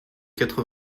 quatre